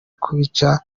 kubica